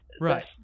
Right